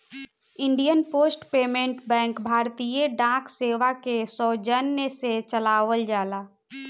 Indian post payment bank भारतीय डाक सेवा के सौजन्य से चलावल जाला